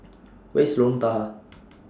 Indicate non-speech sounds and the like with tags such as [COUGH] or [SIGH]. [NOISE] Where IS Lorong Tahar [NOISE]